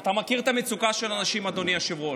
אתה מכיר את המצוקה של האנשים, אדוני היושב-ראש.